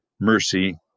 mercy